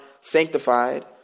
sanctified